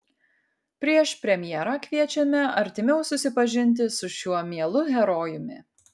prieš premjerą kviečiame artimiau susipažinti su šiuo mielu herojumi